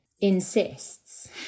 insists